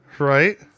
right